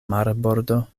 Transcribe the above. marbordo